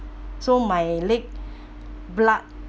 so my leg blood